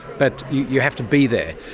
but you have to be there,